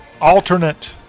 alternate